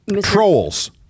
trolls